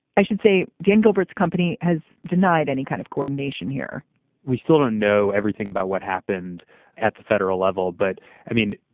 i should say dan gilbert's company has denied any kind of coordination here we still don't know everything about what happened at the federal level. but i mean,